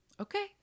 Okay